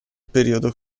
periodo